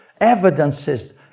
Evidences